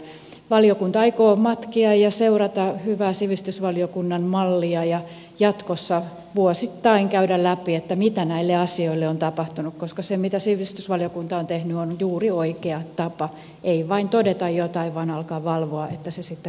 valiokunta aikoo matkia ja seurata hyvää sivistysvaliokunnan mallia ja jatkossa vuosittain käydä läpi mitä näille asioille on tapahtunut koska se mitä sivistysvaliokunta on tehnyt on juuri oikea tapa ei vain todeta jotain vaan aletaan valvoa että se sitten kanssa toteutuu